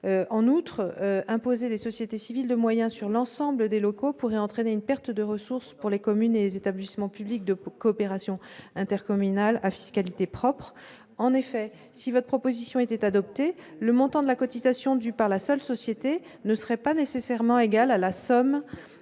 En outre, imposer les sociétés civiles de moyens sur l'ensemble des locaux pourrait entraîner une perte de ressources pour les communes et les établissements publics de coopération intercommunale à fiscalité propre. En effet, si cette proposition était adoptée, le montant de la cotisation due par la seule société ne serait pas nécessairement égal à la somme